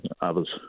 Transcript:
others